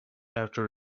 after